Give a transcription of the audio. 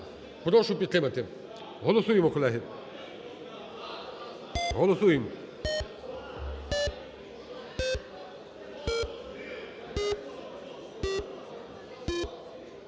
прошу підтримати. Голосуємо, колеги. Голосуємо.